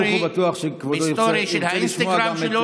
אני סמוך ובטוח שכבודו ירצה לשמוע גם את